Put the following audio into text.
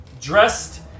Dressed